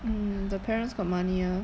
mm the parents got money ah